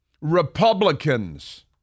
Republicans